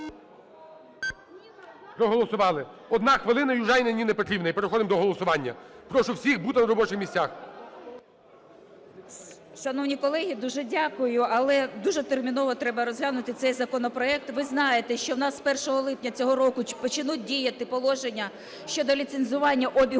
Проголосували. Одна хвилина –Южаніна Ніна Петрівна. І переходимо до голосування. Прошу всіх бути на робочих місцях. 12:13:21 ЮЖАНІНА Н.П. Шановні колеги, дуже дякую. Але дуже терміново треба розглянути цей законопроект. Ви знаєте, що в нас з 1 липня цього року почнуть діяти положення щодо ліцензування обігу